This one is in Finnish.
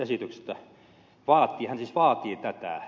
hän siis vaatii tätä